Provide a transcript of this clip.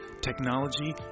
technology